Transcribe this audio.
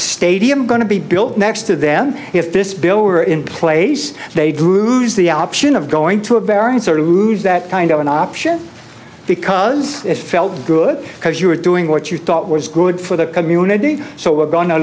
stadium going to be built next to them if this bill were in place they'd lose the option of going to a very uncertain move that kind of an option because it felt good because you were doing what you thought was good for the community so we're going to